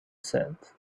said